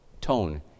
tone